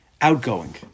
outgoing